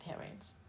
parents